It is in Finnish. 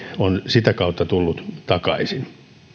on sitä kautta tullut takaisin